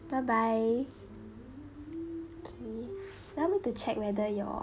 bye bye okay help me to check whether your